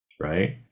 right